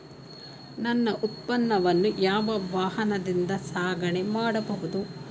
ನನ್ನ ಉತ್ಪನ್ನವನ್ನು ಯಾವ ವಾಹನದಿಂದ ಸಾಗಣೆ ಮಾಡಬಹುದು?